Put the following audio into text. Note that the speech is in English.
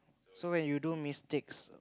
so when you do mistakes